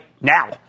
now